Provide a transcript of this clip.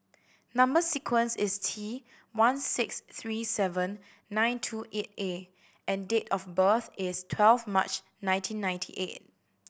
number sequence is T one six three seven nine two eight A and date of birth is twelve March nineteen ninety eight